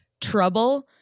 trouble